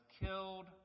killed